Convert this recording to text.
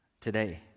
today